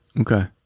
okay